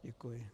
Děkuji.